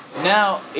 Now